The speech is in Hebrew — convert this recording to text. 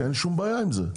שאין שום בעיה עם זה,